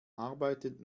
arbeitet